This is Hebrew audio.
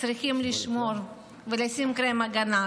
צריכים לשמור ולשים קרם הגנה,